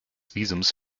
visums